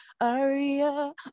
Aria